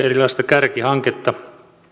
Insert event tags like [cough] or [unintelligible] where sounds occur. [unintelligible] erilaista kärkihanketta